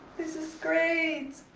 this is great